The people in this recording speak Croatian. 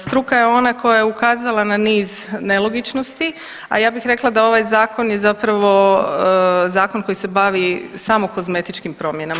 Struka je ona koja je ukazala na niz nelogičnosti, a ja bih rekla da ovaj zakon je zapravo zakon koji se bavi samo kozmetičkim promjenama.